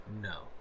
No